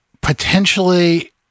potentially